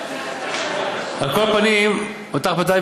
אתה יכול להגיד סבתא,